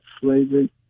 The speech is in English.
slavery